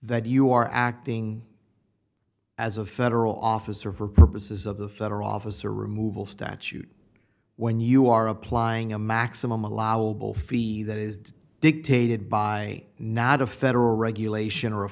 that you are acting as a federal officer for purposes of the federal office or removal statute when you are applying a maximum allowable fee that is dictated by not a federal regulation or a